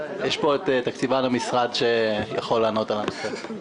יש פה את תקציבן המשרד שיכול לענות על הנושא.